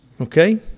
okay